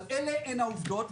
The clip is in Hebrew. אבל אלה הן העובדות.